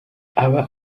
aba